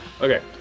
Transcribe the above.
Okay